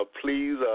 Please